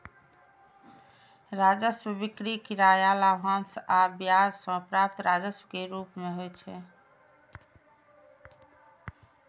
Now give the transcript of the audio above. राजस्व बिक्री, किराया, लाभांश आ ब्याज सं प्राप्त राजस्व के रूप मे होइ छै